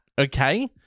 okay